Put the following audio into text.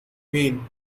mean